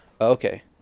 Okay